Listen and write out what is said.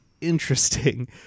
interesting